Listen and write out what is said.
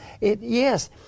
yes